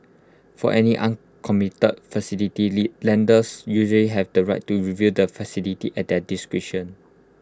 for any uncommitted facility the lenders usually have the right to review the facility at their discretion